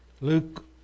Luke